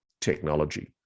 technology